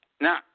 Now